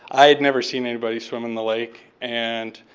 i had never seen anybody swim in the lake. and,